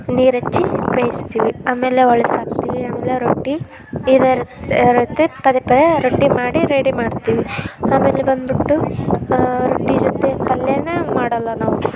ನೀರು ಹಚ್ಚಿ ಬೇಯಿಸ್ತೀವಿ ಆಮೇಲೆ ಹೊರಳಿಸಾಕ್ತಿವಿ ಆಮೇಲೆ ರೊಟ್ಟಿ ಇದೇ ರೀತಿ ಪದೆ ಪದೇ ರೊಟ್ಟಿ ಮಾಡಿ ರೆಡಿ ಮಾಡ್ತೀವಿ ಆಮೇಲೆ ಬಂದುಬಿಟ್ಟು ರೊಟ್ಟಿ ಜೊತೆ ಪಲ್ಯವನ್ನ ಮಾಡೋಲ್ಲ ನಾವು